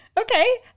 Okay